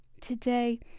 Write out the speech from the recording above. Today